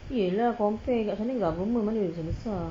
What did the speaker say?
iya lah compare kat sana government mana boleh besar-besar